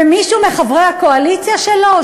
במישהו מחברי הקואליציה שלו?